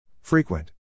Frequent